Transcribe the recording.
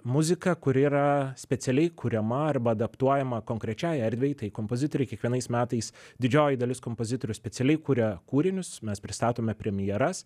muzika kuri yra specialiai kuriama arba adaptuojama konkrečiai erdvei tai kompozitoriai kiekvienais metais didžioji dalis kompozitorių specialiai kuria kūrinius mes pristatome premjeras